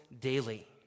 daily